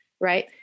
right